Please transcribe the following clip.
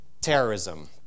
terrorism